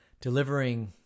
delivering